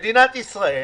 מדינת ישראל